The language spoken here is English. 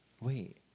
Wait